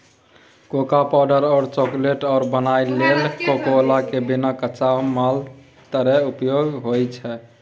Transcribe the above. cocoa powder और chocolate आर बनाबइ लेल कोकोआ के बिया कच्चा माल तरे उपयोग होइ छइ